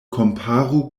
komparu